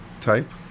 type